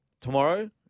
tomorrow